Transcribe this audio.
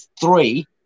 three